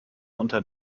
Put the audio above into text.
unter